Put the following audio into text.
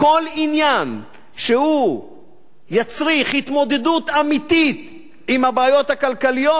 כל עניין שיצריך התמודדות אמיתית עם הבעיות הכלכליות,